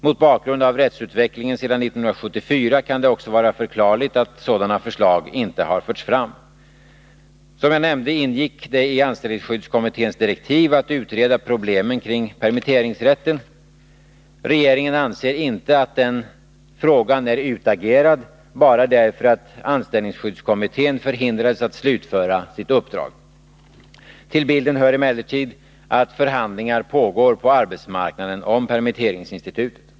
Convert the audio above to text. Mot bakgrund av rättsutvecklingen sedan 1974 kan det också vara förklarligt att några sådana förslag inte har förts fram. Som jag nämnde ingick det i anställningsskyddskommitténs direktiv att utreda problemen kring permitteringsrätten. Regeringen anser inte att den frågan är utagerad bara därför att anställningsskyddskommittén förhindrades att slutföra sitt uppdrag. Till bilden hör emellertid att förhandlingar pågår på arbetsmarknaden om permitteringsinstitutet.